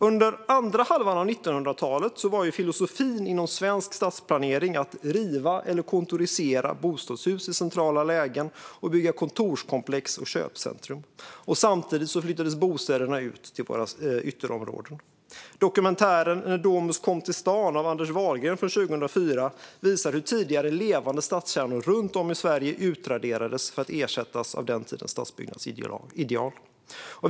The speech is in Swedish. Under den andra halvan av 1900-talet var filosofin inom svensk stadsplanering att riva eller kontorisera bostadshus i centrala lägen och bygga kontorskomplex och köpcentrum. Samtidigt flyttades bostäderna ut till våra ytterområden. Dokumentären När Domus kom till stan av Anders Wahlgren från 2004 visar hur tidigare levande stadskärnor runt om i Sverige utraderades för att ersättas av den tidens stadsbyggnadsideal.